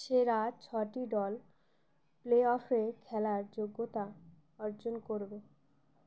সেরা ছটি দল প্লে অফে খেলার যোগ্যতা অর্জন করবে